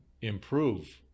improve